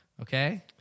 Okay